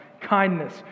kindness